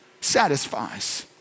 satisfies